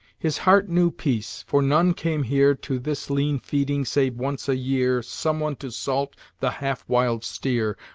his heart knew peace, for none came here to this lean feeding save once a year someone to salt the half-wild steer,